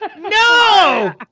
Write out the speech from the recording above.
No